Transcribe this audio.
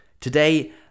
today